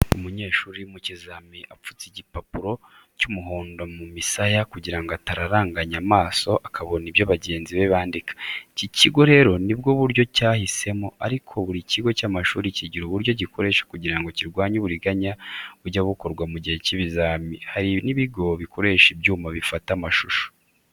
Umunyeshuri uri mu kizami apfutse igipapuro cy'umuhondo mu misaya kugira ngo atararanganya amaso akabona ibyo bagenzi be bandika. Iki kigo rero nibwo buryo cyahisemo, ariko buri kigo cy’amashuri kigira uburyo gikoresha kugira ngo kirwanye uburiganya bujya bukorwa mu gihe cy’ibizami, hari n’ibigo bikoresha ibyuma bifata amashusho.